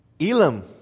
Elam